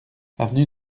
avenue